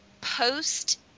post